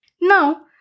Now